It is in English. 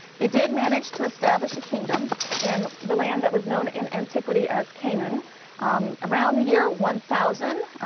they did manage to establish a kingdom in the land that was known in antiquity as canaan around the year one thousand.